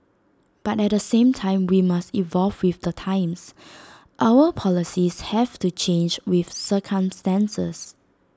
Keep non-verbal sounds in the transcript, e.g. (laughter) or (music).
but at the same time we must evolve with the times (noise) our policies have to change with circumstances